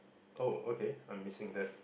oh okay I'm missing that